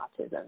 autism